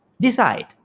Decide